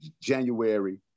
January